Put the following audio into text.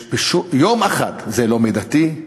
יום אחד זה לא מידתי,